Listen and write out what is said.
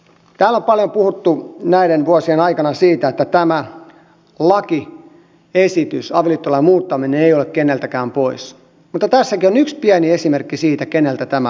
täällä on paljon puhuttu näiden vuosien aikana siitä että tämä lakiesitys avioliittolain muuttaminen ei ole keneltäkään pois mutta tässäkin on yksi pieni esimerkki siitä keneltä tämä on pois